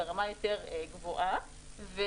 אנחנו